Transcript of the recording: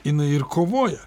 jinai ir kovoja